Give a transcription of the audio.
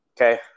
Okay